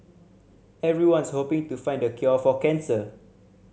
everyone's hoping to find the cure for cancer